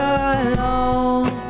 alone